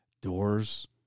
Doors